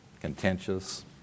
contentious